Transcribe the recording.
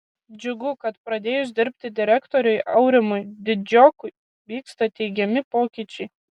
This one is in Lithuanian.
džiugu kad pradėjus dirbti direktoriui aurimui didžiokui vyksta teigiami pokyčiai